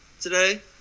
today